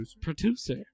producer